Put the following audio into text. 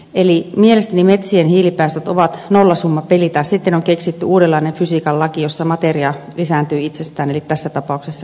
eli mielestäni metsien hiilipäästöt ovat nollasummapeli tai sitten on keksitty uudenlainen fysiikan laki jossa materia lisääntyy itsestään eli tässä ta pauksessa hiili